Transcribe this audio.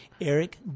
Eric